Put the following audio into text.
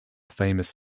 famous